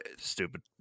stupid